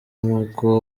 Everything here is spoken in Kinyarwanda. nk’uko